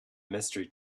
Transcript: mystery